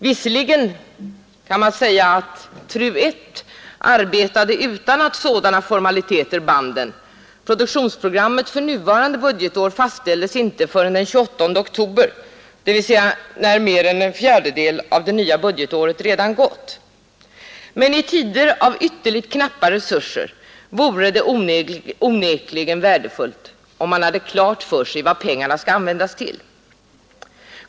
Visserligen kan man säga att TRU I arbetade utan att sådana formaliteter band den — produktionsprogrammet för nuvarande budgetår fastställdes inte förrän den 28 oktober, dvs. när mer än en fjärdedel av det nya budgetåret redan gått. Men i tider av ytterligt knappa resurser vore det onekligen värdefullt om man hade klart för sig vad pengarna skall användas till.